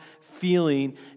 feeling